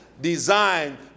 designed